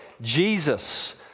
Jesus